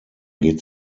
geht